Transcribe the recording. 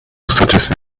satisfy